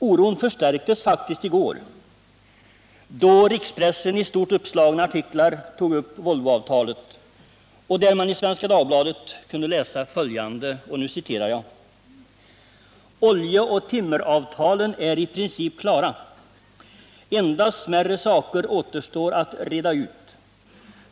Oron förstärktes faktiskt i går, då rikspressen i stort uppslagna artiklar tog upp Volvoavtalet och man i Svenska Dagbladet kunde läsa följande: ”Oljeoch timmeravtalen är i princip klara, endast smärre saker återstår att reda ut.